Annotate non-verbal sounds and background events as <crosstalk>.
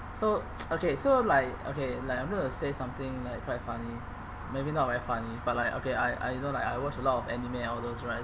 so <noise> okay so like okay like I'm going to say something like quite funny maybe not very funny but like okay I I you know like I watch a lot of anime all those right